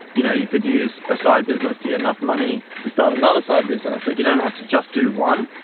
you know, you could use a side business to get enough money to start another side business. like you don't have to just do one,